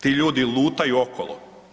Ti ljudi lutaju okolo.